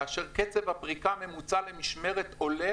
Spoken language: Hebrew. כאשר קצב הפריקה הממוצע למשמרת עולה